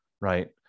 right